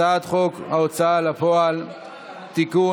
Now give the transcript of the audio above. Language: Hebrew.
הצעת חוק ההוצאה לפועל (תיקון,